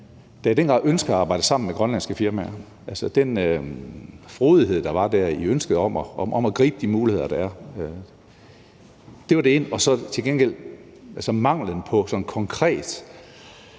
Canada i den grad ønsker at arbejde sammen med grønlandske firmaer; altså den frodighed, der var i ønskerne om at gribe de muligheder, der er. Det var det ene. Det andet var til gengæld manglen på sådan konkret